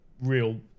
Real